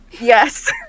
Yes